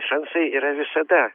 šansai yra visada